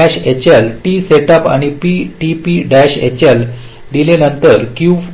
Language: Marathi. hl t सेटअप आणि tp hl डीलेनंतर क्यू 1 पुन्हा 1 होईल